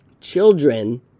Children